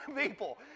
people